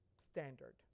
standard